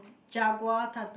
jaguar tattoo